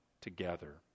together